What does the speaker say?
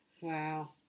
Wow